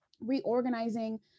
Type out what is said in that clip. reorganizing